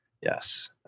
Yes